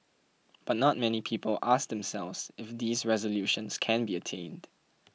but not many people ask themselves if these resolutions can be attained